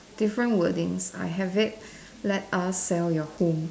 different wordings I have it let us sell your home